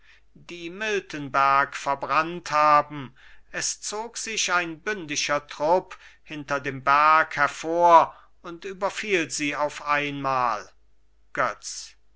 die miltenberg verbrannt haben es zog sich ein bündischer trupp hinter dem berg hervor und überfiel sie auf einmal götz